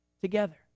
together